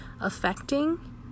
affecting